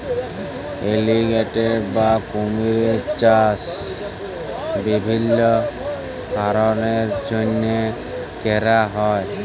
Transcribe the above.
alligator বা কুমিরের চাষ বিভিল্ল্য কারলের জ্যনহে ক্যরা হ্যয়